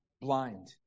blind